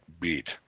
beat